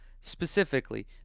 specifically